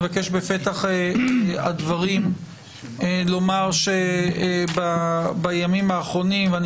בפתח הדברים אני מבקש לומר שבימים האחרונים ואני